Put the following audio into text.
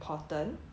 mm